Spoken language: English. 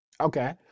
Okay